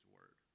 Word